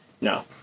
No